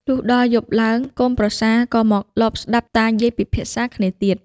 លុះដល់យប់ឡើងកូនប្រសាក៏មកលបស្តាប់តាយាយពិភាក្សាគ្នាទៀត។